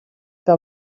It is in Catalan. que